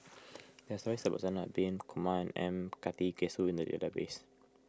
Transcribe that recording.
there are stories about Zainal Abidin Kumar M Karthigesu in the database